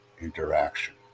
interaction